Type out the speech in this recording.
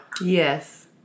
yes